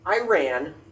Iran